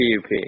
PUP